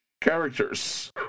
characters